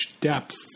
depth